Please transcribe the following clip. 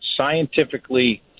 scientifically